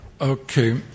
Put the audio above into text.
Okay